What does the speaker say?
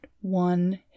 one